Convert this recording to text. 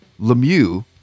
Lemieux